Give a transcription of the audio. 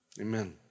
amen